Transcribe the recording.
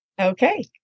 Okay